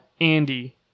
Andy